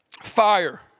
fire